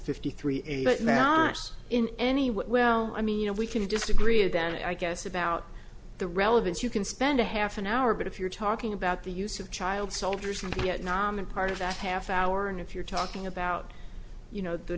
fifty three that matched in any way well i mean you know we can disagree and then i guess about the relevance you can spend a half an hour but if you're talking about the use of child soldiers in vietnam and part of that half hour and if you're talking about you know the